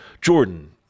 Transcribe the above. Jordan